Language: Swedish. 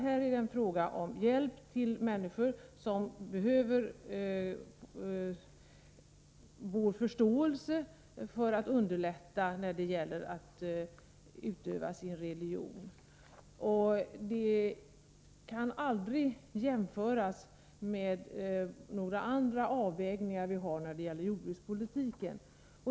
Här är det fråga om hjälp till människor som behöver vår förståelse. Vi måste underlätta för dem att utöva sin religion. Det kan aldrig jämföras med andra avvägningar som vi gör när det gäller jordbrukspolitiken.